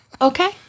Okay